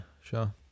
sure